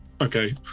Okay